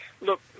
Look